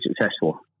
successful